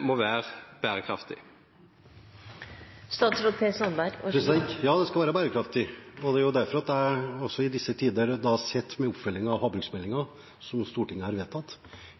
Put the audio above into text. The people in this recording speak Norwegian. må være bærekraftig? Ja, det skal være bærekraftig. Det er derfor jeg i disse tider har sett på oppfølgingen av havbruksmeldingen, som Stortinget har vedtatt,